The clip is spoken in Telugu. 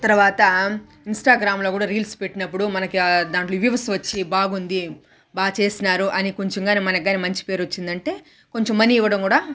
తర్వాత ఇన్స్టాగ్రాములో కూడా రీల్స్ పెట్టినప్పుడు మనకి దానికి వ్యూస్ వచ్చి బాగుంది బా చేస్తున్నారు అని కొంచం కానీ మనకు కానీ మంచి పేరు ఒచ్చిందంటే కొంచం మనీ ఇవ్వడం కూడా